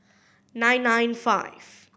nine nine five